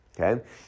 okay